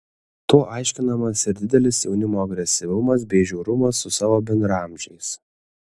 tuo aiškinamas ir didelis jaunimo agresyvumas bei žiaurumas su savo bendraamžiais